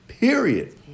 period